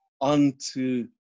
unto